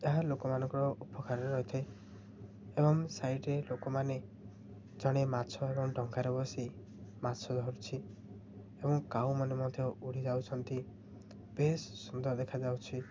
ଏହା ଲୋକମାନଙ୍କର ଉପକାରରେ ରହିଥାଏ ଏବଂ ସାଇଡ଼ରେ ଲୋକମାନେ ଜଣେ ମାଛ ଏବଂ ଡଙ୍ଗାରେ ବସି ମାଛ ଧରୁଛି ଏବଂ କାଉମାନେ ମଧ୍ୟ ଉଡ଼ି ଯାଉଛନ୍ତି ବେଶ ସୁନ୍ଦର ଦେଖାଯାଉଛି